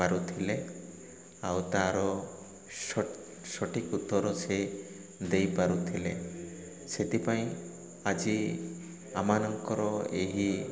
ପାରୁ ଥିଲେ ଆଉ ତା'ର ସଠିକ୍ ଉତ୍ତର ସେ ଦେଇପାରୁଥିଲେ ସେଥିପାଇଁ ଆଜି ଆମମାନଙ୍କର ଏହି